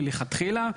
מלכתחילה,